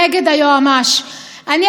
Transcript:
היום ישבתי לפ"ע איתו,